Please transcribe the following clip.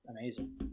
amazing